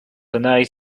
night